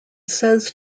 says